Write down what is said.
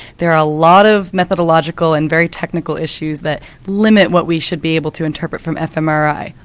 there are a lot of methodological and very technical issues that limit what we should be able to interpret from fmri.